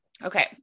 Okay